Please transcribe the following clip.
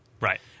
Right